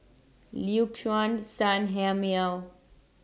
Liuxun Sanhemiao